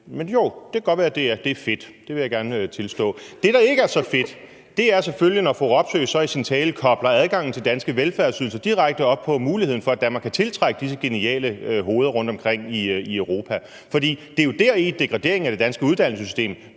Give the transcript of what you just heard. men det kan godt være, det er fedt – jo, det vil jeg gerne tilstå. Det, der ikke er så fedt, er selvfølgelig, når fru Robsøe så i sin tale kobler adgangen til danske velfærdsydelser direkte op på muligheden for, at Danmark kan tiltrække disse geniale hoveder fra rundtomkring i Europa, for det er jo deri, degraderingen af det danske uddannelsessystem